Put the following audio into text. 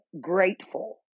grateful